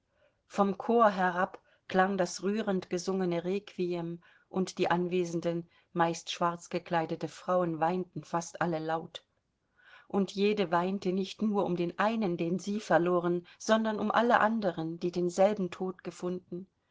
vom chor herab klang das rührend gesungene requiem und die anwesenden meist schwarzgekleidete frauen weinten fast alle laut und jede weinte nicht nur um den einen den sie verloren sondern um alle anderen die denselben tod gefunden